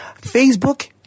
Facebook